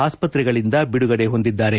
ಆಸ್ಪತ್ರೆಗಳಿಂದ ಬಿಡುಗಡೆ ಹೊಂದಿದ್ದರೆ